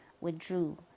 withdrew